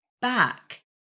back